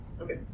Okay